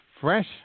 fresh